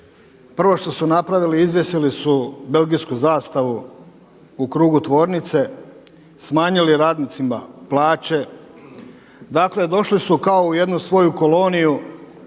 prvo što su napravili izvjesili su belgijsku zastavu u krugu tvornice, smanjili radnicima plaće. Dakle, došli su u jednu svoju koloniju